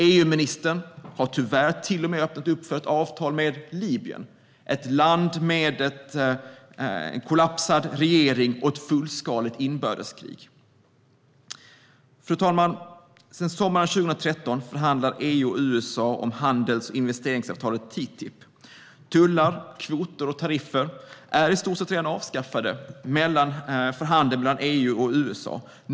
EU-ministern har tyvärr till och med öppnat upp för ett avtal med Libyen - ett land med en kollapsad regering och ett fullskaligt inbördeskrig. Fru talman! Sedan sommaren 2013 förhandlar EU och USA om handels och investeringsavtalet TTIP. Tullar, kvoter och tariffer är i stort sett redan avskaffade i handeln mellan EU och USA.